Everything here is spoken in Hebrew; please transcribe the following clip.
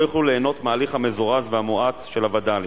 לא יוכלו ליהנות מההליך המזורז והמואץ של הווד"לים.